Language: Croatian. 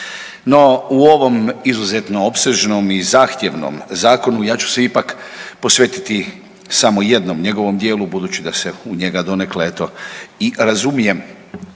No u ovom izuzetno opsežnom i zahtjevnom zakonu, ja ću se ipak posvetiti samo jednom njegovom dijelu, budući da se u njega donekle eto, i razumijem.